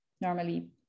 normally